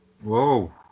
Whoa